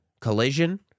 Collision